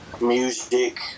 music